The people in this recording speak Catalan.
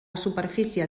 superfície